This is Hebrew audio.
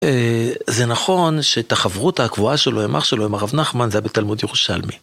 זה נכון שאת החברותא הקבועה שלו עם אח שלו, עם הרב נחמן, זה היה בתלמוד ירושלמי.